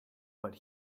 but